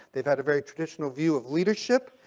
they've had a very traditional view of leadership.